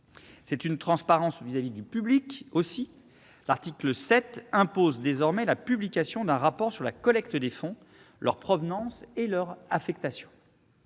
C'est une transparence à l'égard du public, aussi. L'article 7 impose désormais la publication d'un rapport sur la collecte des fonds, leur provenance et leur affectation.